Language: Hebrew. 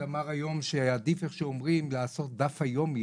אחד אמר היום שעדיף איך שאומרים לעשות "דף היומי",